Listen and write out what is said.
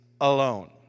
alone